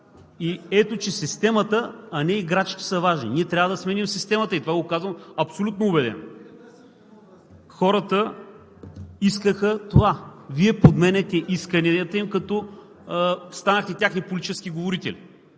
И ето, че системата, а не играчите са важни. Ние трябва да сменим системата! И това го казвам абсолютно убедено. (Реплики от „БСП за България“.) Хората искаха това. Вие подменяте исканията им, като станахте техни политически говорители.